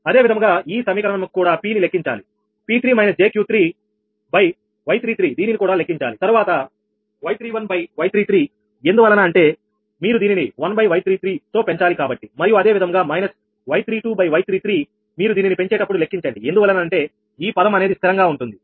అదే విధముగా ఈ సమీకరణముకు కూడా P ని లెక్కించాలి P3 jQ3 Y33 దీనిని కూడా లెక్కించాలి తరువాత Y31Y33ఎందువలన అంటే మీరు దీనిని 1Y33తో పెంచాలి కాబట్టి మరియు అదే విధముగా మైనస్ Y32Y33మీరు దీనిని పెంచేటప్పుడు లెక్కించండి ఎందువలన అంటే ఈ పదం అనేది స్థిరంగా ఉంటుంది